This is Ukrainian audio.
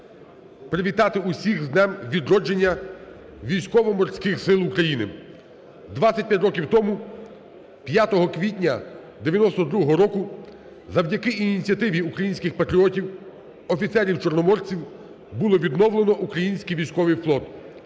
привітати усіх з днем відродження Військово-Морських Сил України. 25 років тому 5 квітня 1990 року завдяки ініціативи українських патріотів, офіцерів-чорноморців було відновлено Український військовий флот,